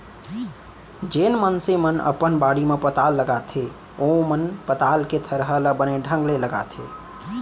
जेन मनसे मन अपन बाड़ी म पताल लगाथें ओमन पताल के थरहा ल बने ढंग ले लगाथें